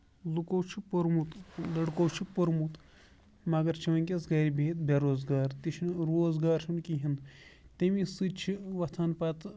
لُکو چھُ پوٚرمُت لٔڑکو چھُ پوٚرمُت مَگر چھِ ؤنکیٚس گرِ بِہتھ بےٚ روزگار تہِ چھُنہٕ روزگارٕ چھُنہٕ کَہینۍ تَمے سۭتۍ چھُ وۄتھان پَتہٕ